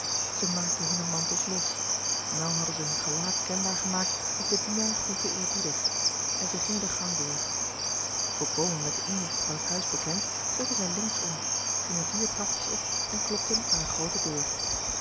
zij maakten hunne mantels los naauw hadden zij hun gelaat kenbaar gemaakt of de dienaar groette eerbiedig en zij gingen den gang door volkomen met de inrigting van het huis bekend sloegen zij links om gingen vier trapjes op en klopten aan eene groote deur